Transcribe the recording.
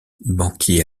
banquier